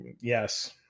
Yes